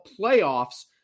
playoffs